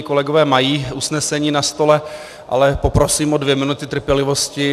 Kolegové mají usnesení na stole, ale poprosím o dvě minuty trpělivosti.